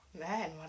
Man